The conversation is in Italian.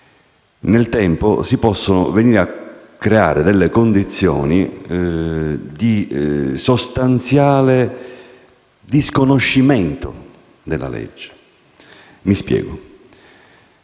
nel tempo si possono venire a creare condizioni di sostanziale disconoscimento della legge. Mi spiego: